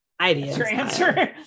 ideas